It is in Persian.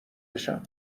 بشم